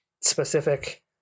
specific